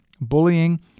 bullying